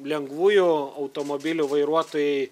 lengvųjų automobilių vairuotojai